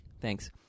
Thanks